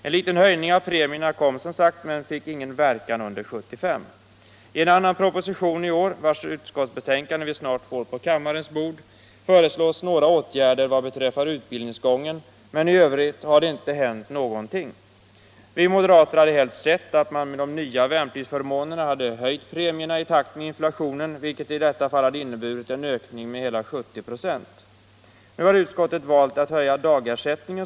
En liten höjning av premierna kom som sagt men fick ingen verkan under 1975. I en annan proposilion i år, som behandlas i ett utskottsbetänkande vi snart får på kammarens bord, föreslås några åtgärder beträffande utbildningsgången, men i övrigt har det inte hänt något. Vi moderater hade helst sett att man med de nya värnpliktsförmånerna hade höjt premierna i takt med inflationen, vilket i detta fall hade inneburit en ökning med hela 70 26. Nu har utskottet valt att höja dagsersättningen.